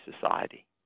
Society